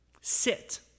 Sit